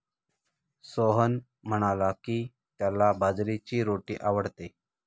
सोहन म्हणाला की, त्याला बाजरीची रोटी आवडते